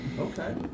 Okay